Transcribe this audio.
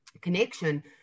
connection